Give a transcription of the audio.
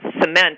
cement